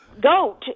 GOAT